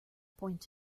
point